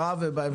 כל,